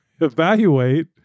Evaluate